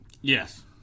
yes